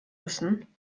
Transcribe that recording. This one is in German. müssen